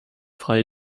frei